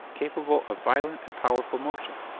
capable of violent and powerful motion.